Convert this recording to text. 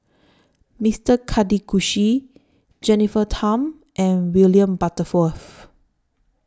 Mister Karthigesu Jennifer Tham and William Butterworth